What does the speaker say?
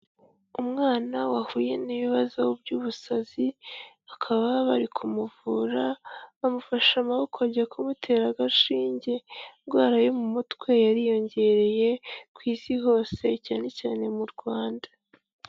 Umwana wahuye n'ibibazo by'ubusazi, bakaba bari kumuvura bamufasha amaboko bagiye kumutera agashinge, indwara yo mu mutwe yariyongereye ku Isi hose cyane cyane mu Rwanda.